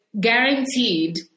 guaranteed